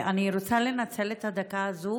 אני רוצה לנצל את הדקה הזאת